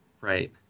Right